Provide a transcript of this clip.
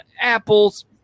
Apple's